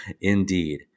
indeed